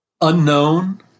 unknown